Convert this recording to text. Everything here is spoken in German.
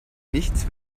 nichts